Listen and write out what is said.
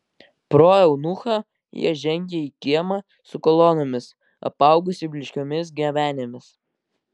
pro eunuchą jie žengė į kiemą su kolonomis apaugusį blyškiomis gebenėmis